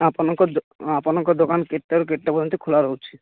ଆପଣଙ୍କ ଦୋ ଆପଣଙ୍କ ଦୋକାନ କେତେଟାରୁ କେତେଟା ପର୍ଯ୍ୟନ୍ତ ଖୋଲା ରହୁଛି